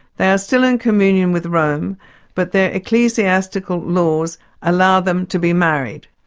they are still in communion with rome but their ecclesiastical laws allow them to be married.